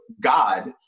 god